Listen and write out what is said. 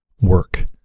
work